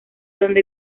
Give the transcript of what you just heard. donde